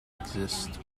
exist